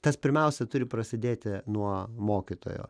tas pirmiausia turi prasidėti nuo mokytojo